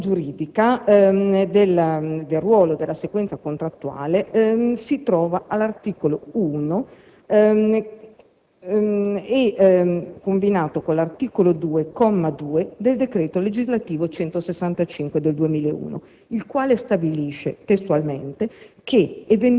La fonte giuridica del ruolo della sequenza contrattuale si trova all'articolo 1, combinato con l'articolo 2, comma 2, del decreto legislativo n. 165 del 2001, il quale stabilisce testualmente